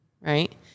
right